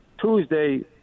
Tuesday